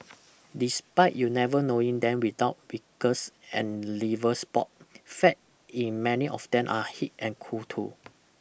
despite you never knowing them without wrinkles and liver spot fact in many of them are hip and cool too